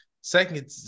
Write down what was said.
second